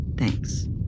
Thanks